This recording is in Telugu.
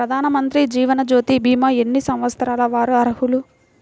ప్రధానమంత్రి జీవనజ్యోతి భీమా ఎన్ని సంవత్సరాల వారు అర్హులు?